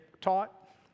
taught